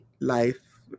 life